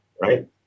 right